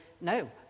no